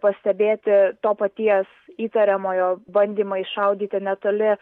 pastebėti to paties įtariamojo bandymai šaudyti netoli